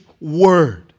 word